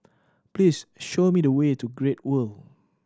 please show me the way to Great World